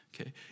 okay